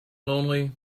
lonely